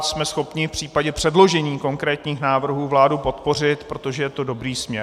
Jsme schopni v případě předložení konkrétních návrhů vládu podpořit, protože je to dobrý směr.